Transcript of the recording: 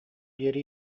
диэри